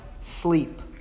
sleep